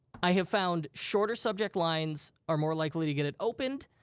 i have found shorter subject lines are more likely to get it opened.